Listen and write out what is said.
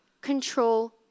control